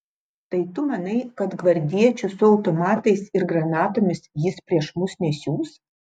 tai tu manai kad gvardiečių su automatais ir granatomis jis prieš mus nesiųs